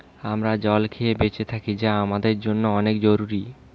আমরা জল খেয়ে বেঁচে থাকি যা আমাদের জন্যে অনেক জরুরি